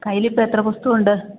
കയ്യിലിപ്പം എത്ര പുസ്തകമുണ്ട്